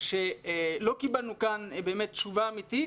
שלא קיבלנו כאן תשובה אמיתית